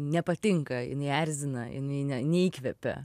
nepatinka jinai erzina jinai ne neįkvepia